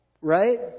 right